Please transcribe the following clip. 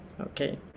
Okay